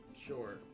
Sure